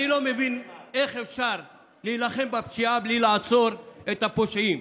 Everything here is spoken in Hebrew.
אני לא מבין איך אפשר להילחם בפשיעה בלי לעצור את הפושעים.